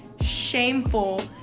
shameful